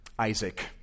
Isaac